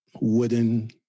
wooden